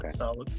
Okay